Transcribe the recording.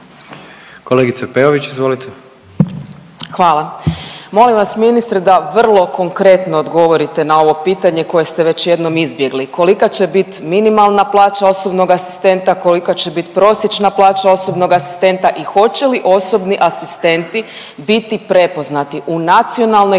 izvolite. **Peović, Katarina (RF)** Hvala. Molim vas ministre da vrlo konkretno odgovorite na ovo pitanje koje ste već jednom izbjegli. Kolika će bit minimalna plaća osobnog asistenta, kolika će bit prosječna plaća osobnog asistenta i hoće li osobni asistenti biti prepoznati u nacionalnoj